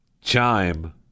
chime